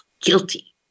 guilty